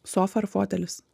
sofa ar fotelis